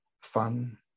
fun